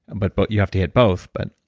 but but you have to hit both, but